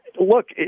look